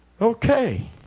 Okay